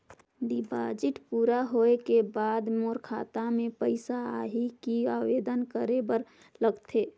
Deposit पूरा होय के बाद मोर खाता मे पइसा आही कि आवेदन करे बर लगथे?